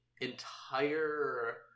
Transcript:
entire